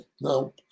no